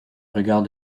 regard